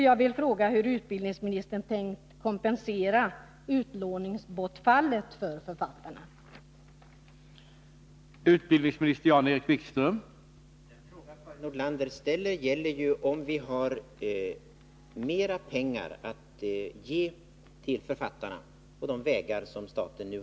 Jag vill fråga hur utbildningsministern tänker kompensera utlåningsbortfallet för författarna. att trygga författarnas ekonomiska villkor